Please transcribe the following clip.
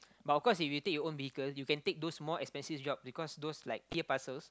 but of course if you take your own vehicle you can take those more expensive jobs because those like P_A parcels